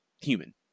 human